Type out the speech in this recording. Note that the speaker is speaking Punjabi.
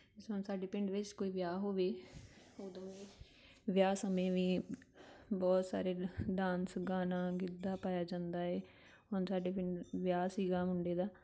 ਜਿਸ ਤਰ੍ਹਾਂ ਹੁਣ ਸਾਡੇ ਪਿੰਡ ਵਿੱਚ ਕੋਈ ਵਿਆਹ ਹੋਵੇ ਉਦੋਂ ਵਿਆਹ ਸਮੇਂ ਵੀ ਬਹੁਤ ਸਾਰੇ ਡਾਂਸ ਗਾਣਾ ਗਿੱਧਾ ਪਾਇਆ ਜਾਂਦਾ ਹੈ ਹੁਣ ਸਾਡੇ ਪਿੰਡ ਵਿਆਹ ਸੀਗਾ ਮੁੰਡੇ ਦਾ